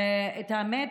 האמת,